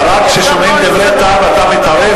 רק כששומעים דברי טעם אתה מתערב?